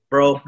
Bro